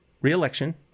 reelection